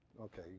Okay